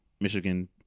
Michigan